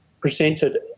presented